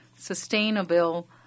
Sustainable